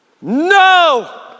No